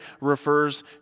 refers